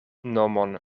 nomon